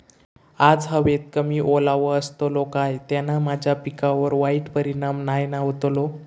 आज हवेत कमी ओलावो असतलो काय त्याना माझ्या पिकावर वाईट परिणाम नाय ना व्हतलो?